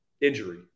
injury